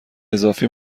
اضافی